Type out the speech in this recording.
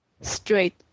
straight